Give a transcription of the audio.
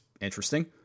interesting